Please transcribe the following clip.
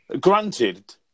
granted